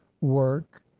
work